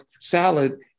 salad